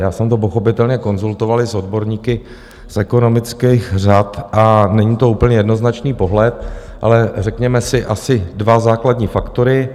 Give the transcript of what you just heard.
Já jsem to pochopitelně konzultovali s odborníky z ekonomických řad a není to úplně jednoznačný pohled, ale řekněme si asi dva základní faktory.